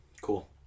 Cool